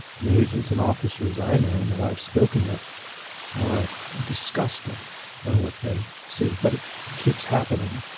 and the agents and officers i know and that i've spoken with are disgusted by what they see, but it keeps happening.